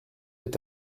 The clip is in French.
est